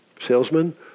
salesman